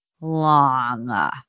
long